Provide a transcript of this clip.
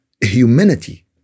humanity